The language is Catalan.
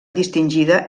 distingida